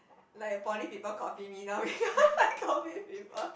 like poly people copy me now because I copy people